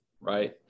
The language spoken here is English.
right